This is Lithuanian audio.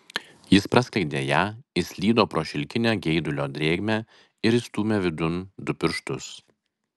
jis praskleidė ją įslydo pro šilkinę geidulio drėgmę ir įstūmė vidun du pirštus